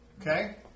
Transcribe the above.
Okay